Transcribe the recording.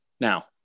Now